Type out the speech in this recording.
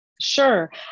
Sure